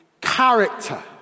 character